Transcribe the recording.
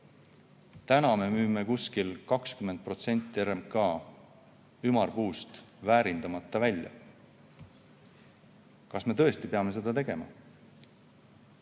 RMK. Me müüme kuskil 20% RMK ümarpuust väärindamata välja. Kas me tõesti peame nii tegema